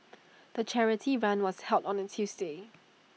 the charity run was held on A Tuesday